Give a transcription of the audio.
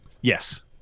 Yes